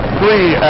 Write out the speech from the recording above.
three